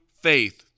faith